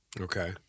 Okay